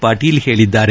ಪಾಟೀಲ್ ಹೇಳಿದ್ದಾರೆ